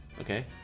Okay